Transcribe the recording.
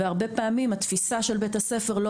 והרבה פעמים התפיסה של בתי הספר לא